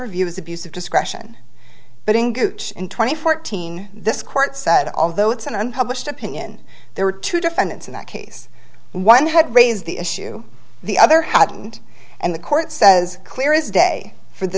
review is abuse of discretion but in twenty fourteen this court said although it's an unpublished opinion there were two defendants in that case one had raised the issue the other hadn't and the court says clear is day for the